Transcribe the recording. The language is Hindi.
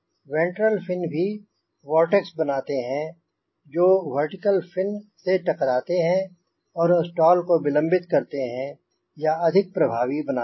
वेंट्रल फिन भी वोर्टेक्स बनाते हैं जो वर्टिकल फिन से टकराते हैं और स्टॉल को विलंबित करते हैं या अधिक प्रभावी बनाते हैं